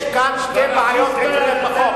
יש כאן שתי בעיות בחוק.